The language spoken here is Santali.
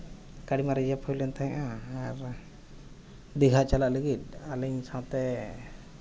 ᱜᱟᱹᱰᱤᱢᱟ ᱨᱤᱡᱟᱵᱷ ᱦᱩᱭ ᱛᱟᱦᱮᱸ ᱟ ᱟᱨ ᱫᱤᱜᱷᱟ ᱪᱟᱞᱟᱜ ᱞᱟᱹᱜᱤᱫ ᱟᱹᱞᱤᱧ ᱥᱟᱶᱛᱮ